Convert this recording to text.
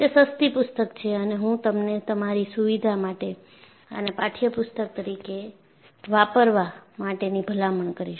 તે સસ્તી પુસ્તક છે અને હું તમને તમારી સુવિધા માટે આને પાઠ્ય પુસ્તક તરીકે વાપરવા માટેની ભલામણ કરીશ